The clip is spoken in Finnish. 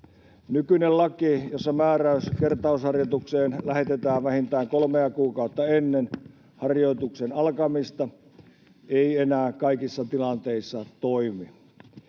Nykyinen laki, jossa määräys kertausharjoitukseen lähetetään vähintään kolmea kuukautta ennen harjoituksen alkamista, ei enää kaikissa tilanteissa toimi,